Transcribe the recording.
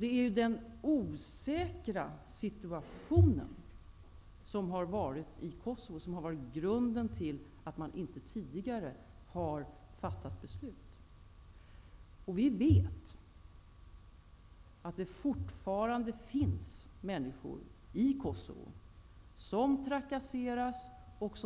Det är den osäkra situationen i Kosovo som har varit grunden till att man inte tidigare har fattat beslut. Vi vet att det fortfarande finns människor i Kosovo som trakasseras och